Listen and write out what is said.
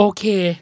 Okay